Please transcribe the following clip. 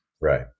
Right